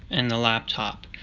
and the laptop,